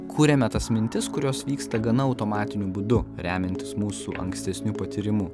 kuriame tas mintis kurios vyksta gana automatiniu būdu remiantis mūsų ankstesniu patyrimu